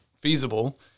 feasible